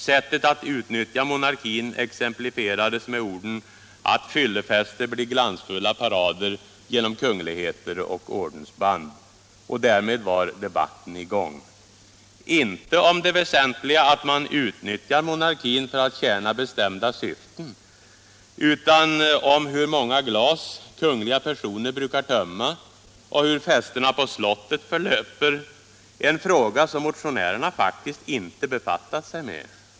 Sättet att utnyttja monarkin exemplifierades med orden att fyllefester blir glansfulla parader genom kungligheter och ordensband. Därmed var debatten i gång. Inte om det väsentliga, att man utnyttjar monarkin för att tjäna bestämda syften, utan om hur många glas kungliga personer brukar tömma och hur festerna på slottet förlöper — en fråga som motionärerna faktiskt inte befattat sig med.